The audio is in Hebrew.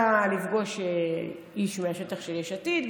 בתחנת דלק לפגוש איש מהשטח של יש עתיד.